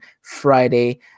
Friday